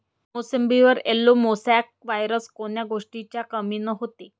मोसंबीवर yellow mosaic virus कोन्या गोष्टीच्या कमीनं होते?